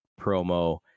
promo